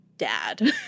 dad